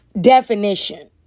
definition